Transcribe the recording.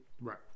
Right